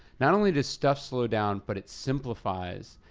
not only does stuff slow down, but it simplifies,